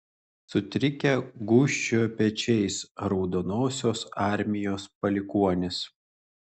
sutrikę gūžčiojo pečiais raudonosios armijos palikuonys